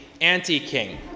anti-king